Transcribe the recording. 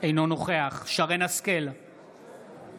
אינו נוכח שרן מרים השכל,